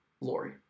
Lori